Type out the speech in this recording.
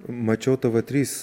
mačiau tv trys